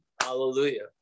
hallelujah